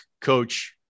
coach